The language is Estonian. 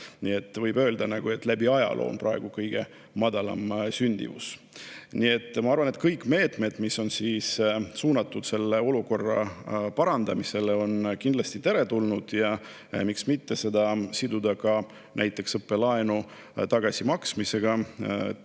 võib öelda, et läbi ajaloo on praegu kõige madalam sündimus. Seega ma arvan, et kõik meetmed, mis on suunatud selle olukorra parandamisele, on kindlasti teretulnud. Ja miks mitte seda siduda näiteks õppelaenu tagasimaksmisega.